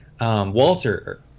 Walter